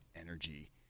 energy